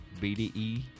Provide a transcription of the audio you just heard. BDE